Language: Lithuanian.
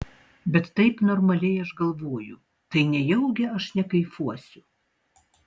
bet taip normaliai aš galvoju tai nejaugi aš nekaifuosiu